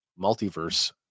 multiverse